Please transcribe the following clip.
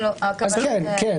כן.